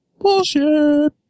Bullshit